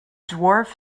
dwarf